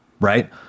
right